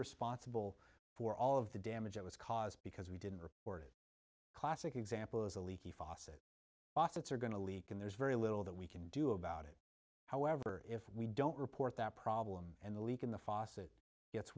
responsible for all of the damage that was caused because we didn't or it classic example is a leaky faucet bots are going to leak and there's very little that we can do about it however if we don't report that problem and the leak in the fossett gets